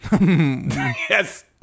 Yes